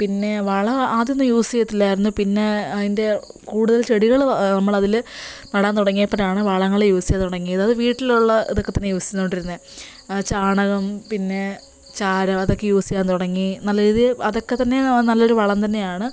പിന്നെ വളം ആദ്യമൊന്നും യൂസ് ചെയ്യത്തില്ലായിരുന്നു പിന്നെ അതിൻ്റെ കൂടുതൽ ചെടികൾ നമ്മൾ അതിൽ നടാൻ തുടങ്ങിയപ്പോഴാണ് വളങ്ങൾ യൂസ് ചെയ്ത് തുടങ്ങിയത് അത് വീട്ടിലുള്ള ഇതൊക്കെ തന്നെയാണ് യൂസ് ചെയ്തുകൊണ്ടിരുന്നത് ചാണകം പിന്നെ ചാരം അതൊക്കെ യൂസ് ചെയ്യാൻ തുടങ്ങി നല്ല രീതിയിൽ അതൊക്കെ തന്നെ നല്ലൊരു വളം തന്നെയാണ്